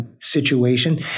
situation